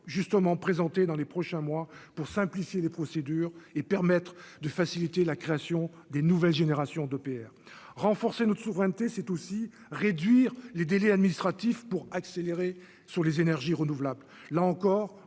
justement présenté dans les prochains mois pour simplifier les procédures et permettre de faciliter la création des nouvelles générations d'EPR renforcer notre souveraineté c'est aussi réduire les délais administratifs pour accélérer sur les énergies renouvelables,